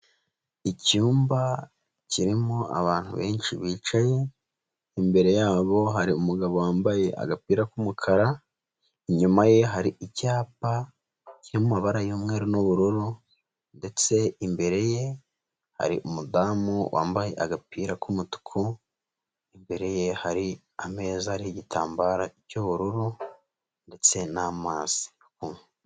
Icyumba kirimo abantu benshi bicaye, imbere yabo hari umugabo wambaye agapira k'umukara, inyuma ye hari icyapa kiri mu mabara y'umweru n'ubururu, ndetse imbere ye hari umudamu wambaye agapira k'umutuku, imbere ye hari ameza n'igitambara cy'ubururu ndetse n'amazi.